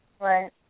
Right